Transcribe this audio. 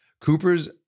Cooper's